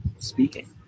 speaking